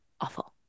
awful